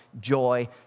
joy